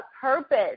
purpose